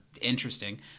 interesting